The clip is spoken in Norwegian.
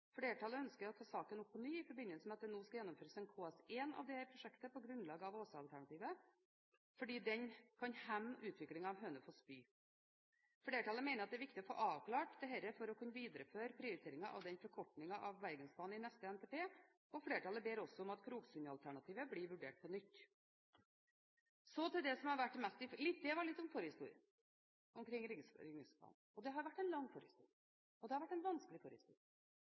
Flertallet ønsket å ta saken opp på ny i forbindelse med at det nå skulle gjennomføres en KS1 av dette prosjektet på grunnlag av Åsa-alternativet, fordi den kunne hemme utviklingen av Hønefoss by. Flertallet mente at det var viktig å få avklart dette for å kunne videreføre prioriteringer av forkortingen av Bergensbanen i neste NTP, og flertallet ba også om at Kroksundalternativet ble vurdert på nytt. Det var litt om forhistorien omkring Ringeriksbanen. Det har vært en lang forhistorie, og det har vært en vanskelig